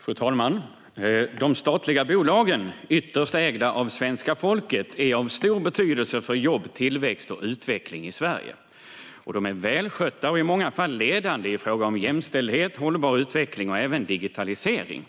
Fru talman! De statliga bolagen, ytterst ägda av svenska folket, är av stor betydelse för jobb, tillväxt och utveckling i Sverige. De är välskötta och i många fall ledande i fråga om jämställdhet, hållbar utveckling och även digitalisering.